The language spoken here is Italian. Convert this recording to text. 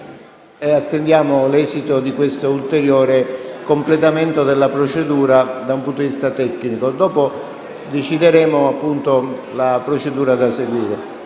attesa dell'esito di questo ulteriore completamento dell'*iter* dal punto di vista tecnico. Dopo decideremo la procedura da seguire.